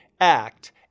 act